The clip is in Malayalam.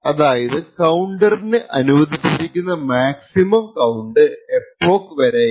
അതായത് കൌണ്ടറിനു അനുവദിച്ചിരിക്കുന്ന മാക്സിമം കൌണ്ട് എപ്പോക്ക് വരെയാണ്